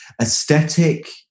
aesthetic